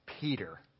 Peter